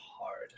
hard